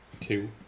two